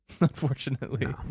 unfortunately